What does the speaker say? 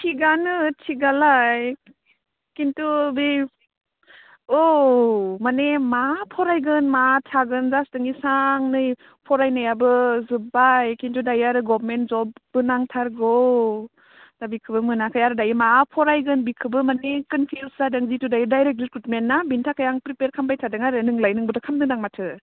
थिगानो थिगालाय खिन्थु बे औ माने मा फरायगोन मा थागोन जासथिनिसांनै फरायनायाबो जोब्बाय खिन्थु दायो आरो गभर्नमेन्ट जबबो नांथारगौ दा बिखौबो मोनाखै आरो दायो मा फरायगोन बिखोबो मानि कनफिउस जादों जिथु दायो डाइरेक्ट रिक्रुइटमेन्टआ बिनि थाखाय आं प्रिपेर खालामबाय थादों आरो नोंलाय नोंबोथ' खामदोंदां माथो